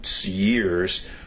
years